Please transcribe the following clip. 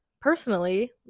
personally